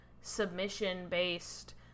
submission-based